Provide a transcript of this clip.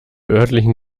örtlichen